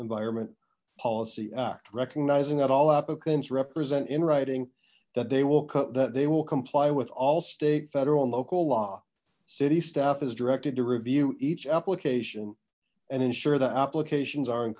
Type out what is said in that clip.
environment policy act recognizing that all applicants represent in writing that they will cut that they will comply with all state federal and local law city staff is directed to review each application and ensure that applications are